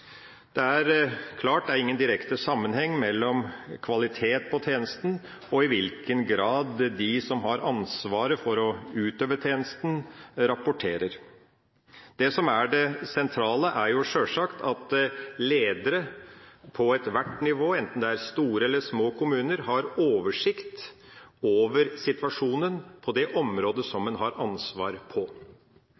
Det er klart at det ikke er noen direkte sammenheng mellom kvalitet på tjenesten og i hvilken grad de som har ansvaret for å utøve tjenesten, rapporterer. Det som er det sentrale, er sjølsagt at ledere på ethvert nivå, enten det er store eller små kommuner, har oversikt over situasjonen på det området som